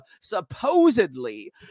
supposedly